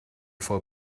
frau